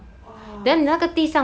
!wah!